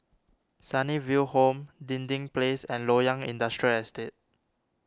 Sunnyville Home Dinding Place and Loyang Industrial Estate